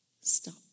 stop